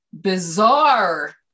bizarre